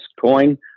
coin